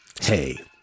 Hey